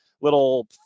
little